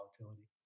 volatility